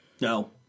No